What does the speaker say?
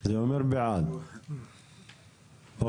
זה אומר בעד, אוקי.